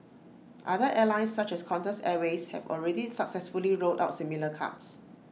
other airlines such as Qantas airways have already successfully rolled out similar cards